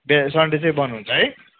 Sunday चाहिँ बन्द हुन्छ है